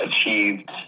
achieved